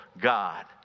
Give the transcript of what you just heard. God